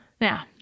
Now